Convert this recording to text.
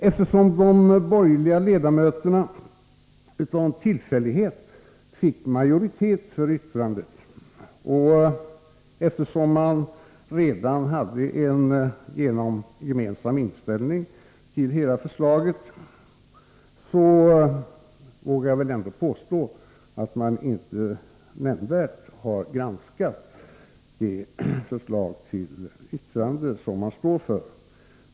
Eftersom de borgerliga ledamöterna av någon tillfällighet fick majoritet för yttrandet och eftersom man redan hade en gemensam inställning till hela förslaget, vågar jag påstå att man inte nämnvärt har granskat det förslag man står för.